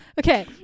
Okay